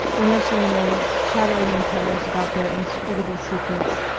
the nursery-maids chattering in pairs about their inscrutable secrets.